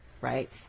right